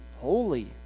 holy